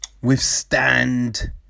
withstand